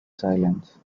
silence